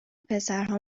پسرها